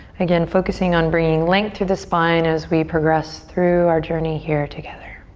again focusing on bringing length through the spine as we progress through our journey here together.